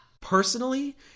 personally